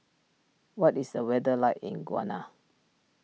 what is the weather like in Ghana